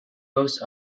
most